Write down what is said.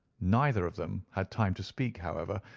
neither of them had time to speak, however,